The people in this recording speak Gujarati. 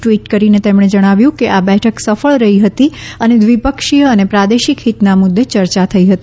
ટ્વીટ કરીને તેમણે જણાવ્યું કે આ બેઠક સફળ રફી હતી અને દ્વિપક્ષીય અને પ્રાદેશિક હિતના મુદ્દે ચર્ચા થઇ હતી